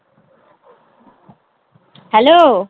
hello